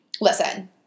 Listen